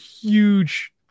huge